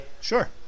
Sure